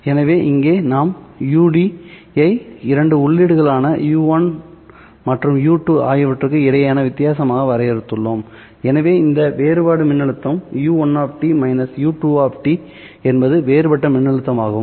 எனவே இங்கே நாம் ud ஐ இரண்டு உள்ளீடுகளான u1 மற்றும் u2 ஆகியவற்றுக்கு இடையேயான வித்தியாசமாக வரையறுத்துள்ளோம் எனவே இந்த வேறுபாடு மின்னழுத்தம் U1 u2 என்பது வேறுபட்ட மின்னழுத்தமாகும்